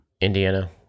Indiana